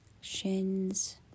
shins